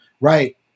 right